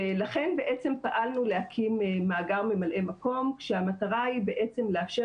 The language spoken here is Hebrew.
לכן בעצם פעלנו להקים מאגר ממלאי מקום כשמטרה היא בעצם לאפשר